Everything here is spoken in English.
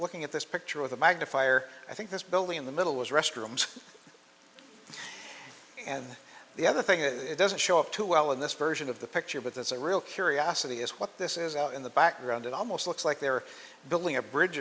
looking at this picture of the magnifier i think this building in the middle was restrooms and the other thing is it doesn't show up too well in this version of the picture but that's a real curiosity is what this is out in the background it almost looks like they're building a bridge